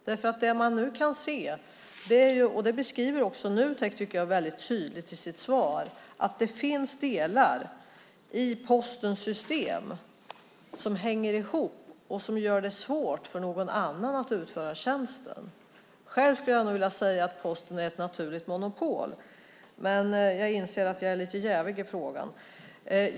Man kan nu se - det beskriver också Nutek tydligt i sitt svar - att det finns delar i Postens system som hänger ihop och gör det svårt för någon annan att utföra tjänsten. Jag skulle vilja säga att Posten är ett naturligt monopol, men jag inser att jag är lite jävig i frågan.